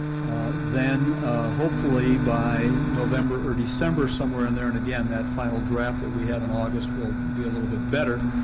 then hopefully by november or december, somewhere in there, and again that final draft that we have in august will be a little bit better,